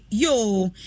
yo